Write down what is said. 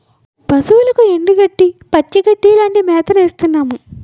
పశువులకు ఎండుగడ్డి, పచ్చిగడ్డీ లాంటి మేతను వేస్తున్నాము